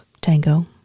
tango